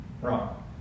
Wrong